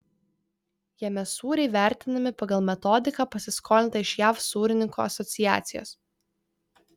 jame sūriai vertinami pagal metodiką pasiskolintą iš jav sūrininkų asociacijos